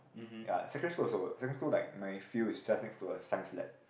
ya secondary school also secondary school like my field is just next to a science lab